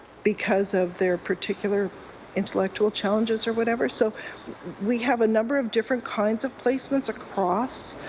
because of their particular intellectual challenges or whatever. so we have a number of different kinds of placements across